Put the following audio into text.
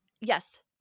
yes